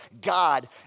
God